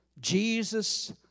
Jesus